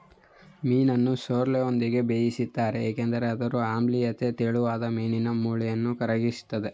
ಮೀನನ್ನು ಸೋರ್ರೆಲ್ನೊಂದಿಗೆ ಬೇಯಿಸ್ತಾರೆ ಏಕೆಂದ್ರೆ ಅದರ ಆಮ್ಲೀಯತೆ ತೆಳುವಾದ ಮೀನಿನ ಮೂಳೆನ ಕರಗಿಸ್ತದೆ